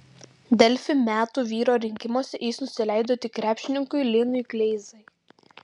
delfi metų vyro rinkimuose jis nusileido tik krepšininkui linui kleizai